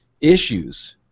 issues